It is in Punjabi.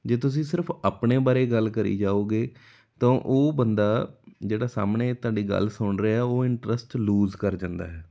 ਜੇ ਤੁਸੀਂ ਸਿਰਫ਼ ਆਪਣੇ ਬਾਰੇ ਗੱਲ ਕਰੀ ਜਾਓਗੇ ਤਾਂ ਉਹ ਬੰਦਾ ਜਿਹੜਾ ਸਾਹਮਣੇ ਤੁਹਾਡੀ ਗੱਲ ਸੁਣ ਰਿਹਾ ਉਹ ਇੰਟਰਸਟ ਲੂਜ਼ ਕਰ ਜਾਂਦਾ ਹੈ